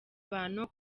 abantu